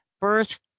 Birth